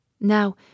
Now